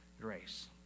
grace